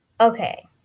Okay